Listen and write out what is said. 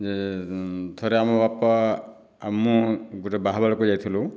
ଯେ ଥରେ ଆମ ବାପା ଆଉ ମୁଁ ଗୋଟିଏ ବାହାଘରକୁ ଯାଇଥିଲୁ